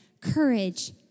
courage